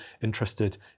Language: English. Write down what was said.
interested